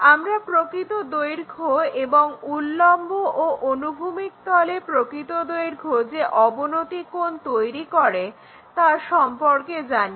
আমরা প্রকৃত দৈর্ঘ্য এবং উল্লম্ব ও অনুভূমিক তলে প্রকৃত দৈর্ঘ্য যে অবনতি কোণ তৈরি করে তা সম্পর্কে জানি